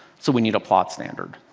so we need a plot standard.